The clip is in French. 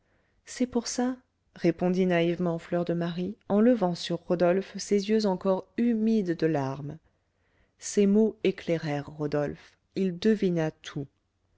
c'est pour ça répondit naïvement fleur de marie en levant sur rodolphe ses yeux encore humides de larmes ces mots éclairèrent rodolphe il devina tout